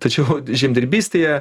tačiau žemdirbystėje